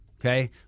okay